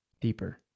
deeper